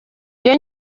iyo